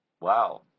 Wow